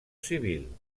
civil